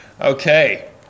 Okay